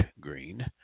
green